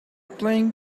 playing